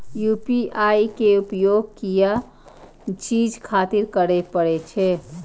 UPI के उपयोग किया चीज खातिर करें परे छे?